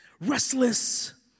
restless